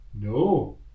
No